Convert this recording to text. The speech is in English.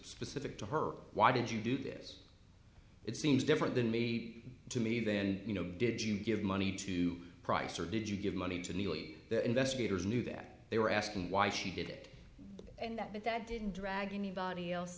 specific to her why did you do this it seems different than me to me then you know did you give money to price or did you give money to nearly the investigators knew that they were asking why she did it and that but that didn't drag anybody else